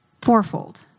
fourfold